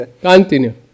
Continue